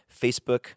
Facebook